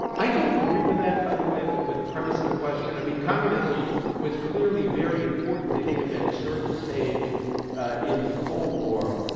i don't agree with that, by the way, with the premise of the question. i mean, communism was clearly very important to him at a certain stage in the cold war,